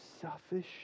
selfish